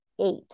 eight